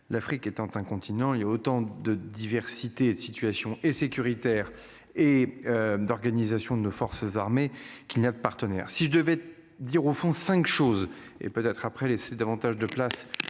L'Afrique était un continent, il y a autant de diversité de situation et sécuritaire et. D'organisation de nos forces armées qui n'a de partenaires. Si je devais dire au fond 5 choses et peut-être après laisser davantage de place